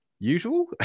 usual